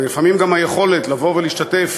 ולפעמים גם היכולת, לבוא ולהשתתף